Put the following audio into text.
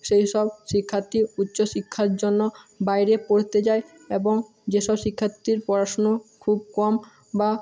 সেই সব শিক্ষাত্থী উচ্চশিক্ষার জন্য বাইরে পড়তে যায় এবং যেসব শিক্ষাত্থীর পড়াশুনো খুব কম বা